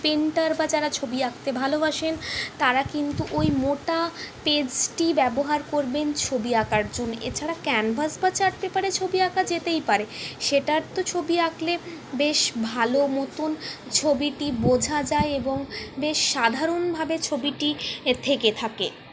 painter বা যারা ছবি আঁকতে ভালোবাসেন তারা কিন্তু ওই মোটা পেজটি ব্যবহার করবেন ছবি আঁকার জন্য এছাড়া ক্যানভাস বা চার্ট পেপারে ছবি আঁকা যেতেই পারে সেটার তো ছবি আঁকলে বেশ ভালো মতন ছবিটি বোঝা যায় এবং বেশ সাধারণভাবে ছবিটি থেকে থাকে